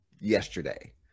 yesterday